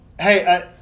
hey